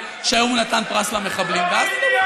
תורידי אותו.